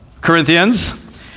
Corinthians